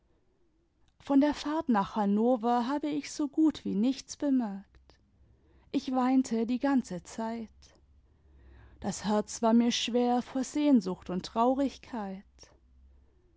von der fahrt nach hannover habe ich so gut wie nichts bemerkt ich weinte die ganze zeit das herz war mir schwer vor sehnsucht und traurigkeit